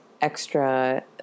extra